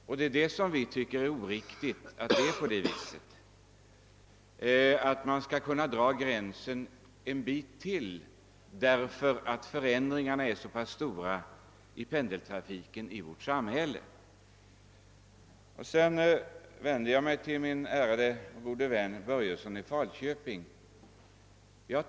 Vi tycker att det är oriktigt och anser att man kan flytta gränsen ytterligare något eftersom förändringarna i fråga om pendeltrafiken i vårt samhälle är så pass stora. Sedan vänder jag mig till min ärade gode vän herr Börjesson i Falköping.